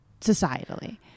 societally